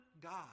God